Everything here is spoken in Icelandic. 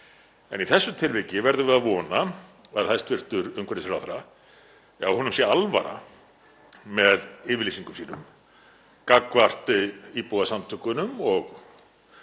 En í þessu tilviki verðum við að vona að hæstv. umhverfisráðherra sé alvara með yfirlýsingum sínum gagnvart íbúasamtökunum og